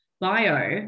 bio